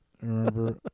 Remember